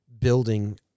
building